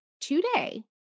today